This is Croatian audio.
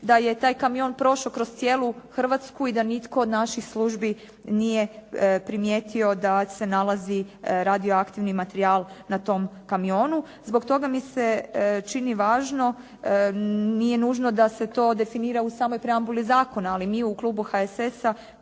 da je taj kamion prošao kroz cijelu Hrvatsku i da nitko od naših službi nije primijetio da se nalazi radioaktivni materijal na kamionu. Zbog toga mi se čini važno, nije dužno da se to definira u samoj preambuli zakona. Ali mi u klubu HSS-a